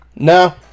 No